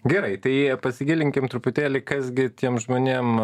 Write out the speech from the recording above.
gerai tai pasigilinkim truputėlį kas gi tiem žmonėm